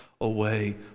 away